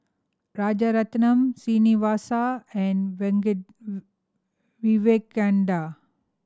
Rajaratnam Srinivasa and Vivekananda